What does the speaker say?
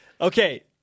Okay